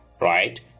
right